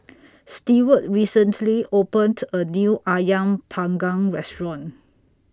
Steward recently opened A New Ayam Panggang Restaurant